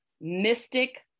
Mystic